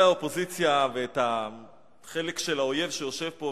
האופוזיציה ואת החלק של האויב שיושב פה,